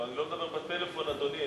לא, אני לא מדבר בפלאפון, אדוני.